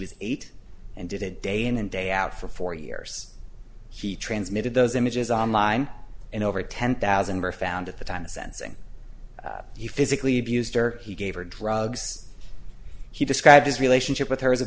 was eight and did it day in and day out for four years he transmitted those images online and over ten thousand were found at the time sensing you physically abused her he gave her drugs he described his relationship with her